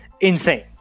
insane